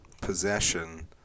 possession